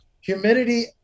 humidity